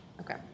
Okay